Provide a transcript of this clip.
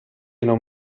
non